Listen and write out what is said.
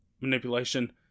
manipulation